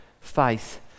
faith